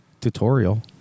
tutorial